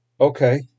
Okay